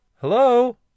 Hello